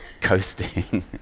coasting